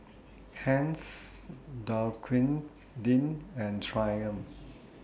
Heinz Dequadin and Triumph